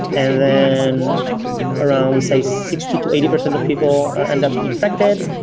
and then around, say, sixty to eighty percent of people end up infected.